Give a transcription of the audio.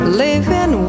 living